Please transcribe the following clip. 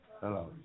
Hello